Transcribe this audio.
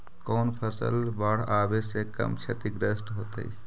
कौन फसल बाढ़ आवे से कम छतिग्रस्त होतइ?